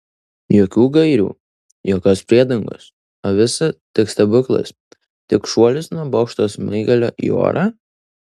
jokių gairių jokios priedangos o visa tik stebuklas tik šuolis nuo bokšto smaigalio į orą